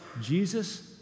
Jesus